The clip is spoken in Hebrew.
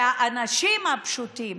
האנשים הפשוטים